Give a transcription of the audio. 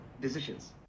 decisions